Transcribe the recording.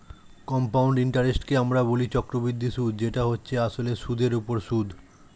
compound ইন্টারেস্টকে আমরা বলি চক্রবৃদ্ধি সুদ যেটা হচ্ছে আসলে সুদের উপর সুদ